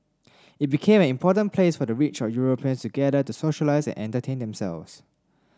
it became an important place for the rich or Europeans to gather to socialise and entertain themselves